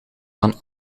van